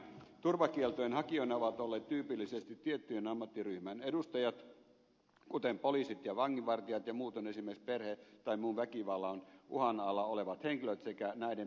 turvakieltojen hakijoina ovat olleet tyypillisesti tiettyjen ammattiryhmien edustajat kuten poliisit ja vanginvartijat ja muutoin esimerkiksi perhe tai muun väkivallan uhan alla olevat henkilöt sekä näiden perheenjäsenet